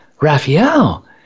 Raphael